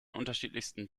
unterschiedlichsten